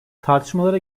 tartışmalara